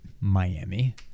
Miami